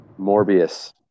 Morbius